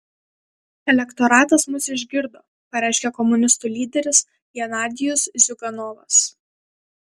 elektoratas mus išgirdo pareiškė komunistų lyderis genadijus ziuganovas